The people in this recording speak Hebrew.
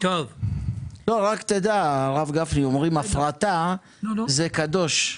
רק תדע, הרב גפני, אומרים הפרטה זה קדוש,